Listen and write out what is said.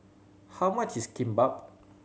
how much is Kimbap